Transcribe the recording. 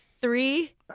three